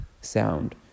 sound